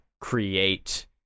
create